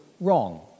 wrong